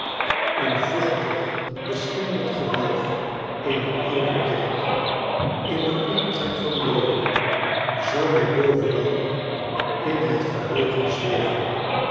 een vochtig beschimmeld gewelf eener oude kerk in den omtrek van rome zal mij bovenal in het geheugen zweven